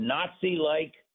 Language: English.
Nazi-like